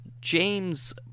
James